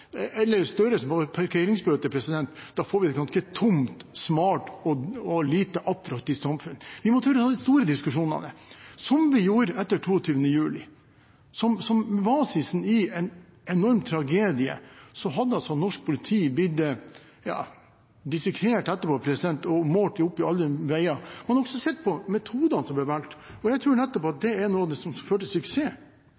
får vi et ganske tomt, smalt og lite attraktivt samfunn. Vi må tørre å ta de store diskusjonene, som vi gjorde etter 22. juli. Som basisen i en enorm tragedie ble norsk politi dissekert etterpå og målt alle veier. Man har også sett på metodene som ble valgt. Jeg tror nettopp